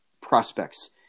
prospects